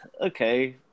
okay